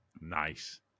Nice